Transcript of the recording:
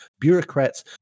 bureaucrats